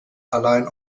allein